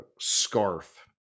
scarf